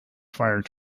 fire